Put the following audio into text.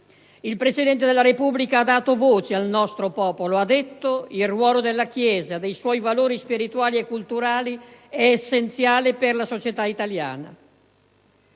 Il Presidente della Repubblica ha dato voce al nostro popolo, dicendo che il ruolo della Chiesa, dei suoi valori spirituali e culturali è essenziale per la società italiana».